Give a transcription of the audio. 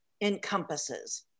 encompasses